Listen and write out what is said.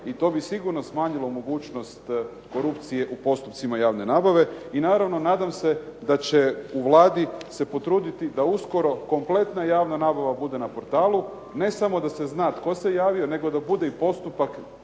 i to bi sigurno smanjilo mogućnost korupcije u postupcima javne nabave. I naravno, nadam se da će u Vladi se potruditi da uskoro kompletna javna nabava bude na portalu, ne samo da se zna tko se javio nego da bude i postupak